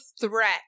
threat